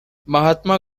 mahatma